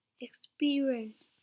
experience